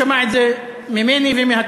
שמע את זה ממני ומהתושבים: